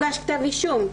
האם הוגש כתב אישום.